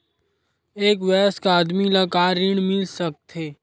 एक वयस्क आदमी ला का ऋण मिल सकथे?